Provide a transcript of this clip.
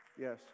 yes